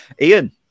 Ian